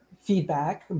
feedback